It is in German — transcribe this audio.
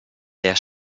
der